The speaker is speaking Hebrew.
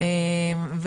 כמובן,